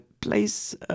place